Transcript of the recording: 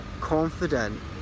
Confident